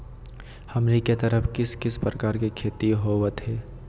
हमनी के तरफ किस किस प्रकार के खेती होवत है?